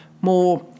more